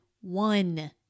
one